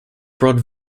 brought